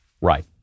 Right